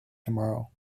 tomorrow